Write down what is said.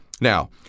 Now